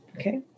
Okay